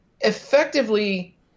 effectively